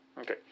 Okay